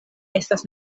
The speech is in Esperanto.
estas